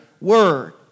word